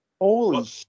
Holy